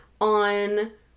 on